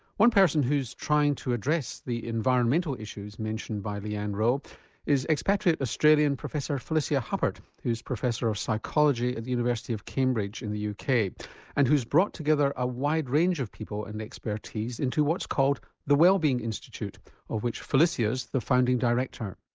one person who's trying to address the environmental issues mentioned by leanne rowe is expatriate australian professor felicia huppert, who's professor of psychology at the university of cambridge in the uk and who's brought together a wide range of people and expertise into what's called the wellbeing institute of which felicia's the founding director.